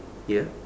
ya